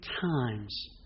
times